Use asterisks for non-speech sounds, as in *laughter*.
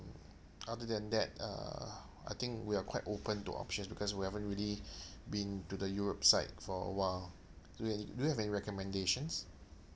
other than that uh I think we are quite open to options because we haven't really *breath* been to the europe side for a while do you any do you have any recommendations